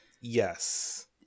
Yes